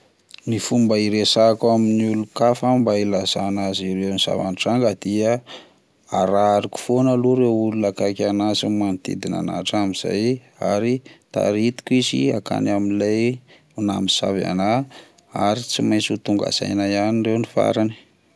Ny fomba iresahako amin'ny olon-kafa mba ilazana azy ireo ny zava-nitranga dia arahako fona aloha ireo olona akaiky anahy sy manodidina anahy, hatramin'izay ary taritiko izy akany amin'ilay nanosavy anah, ary tsy maintsy ho tonga saina ihany ndreo ny farany.